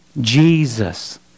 Jesus